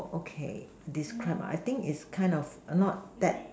okay describe I think is kind of not that